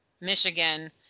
Michigan